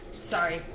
Sorry